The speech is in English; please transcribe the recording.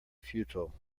futile